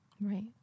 Right